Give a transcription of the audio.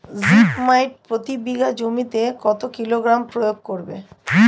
Zip মাইট প্রতি বিঘা জমিতে কত কিলোগ্রাম প্রয়োগ করব?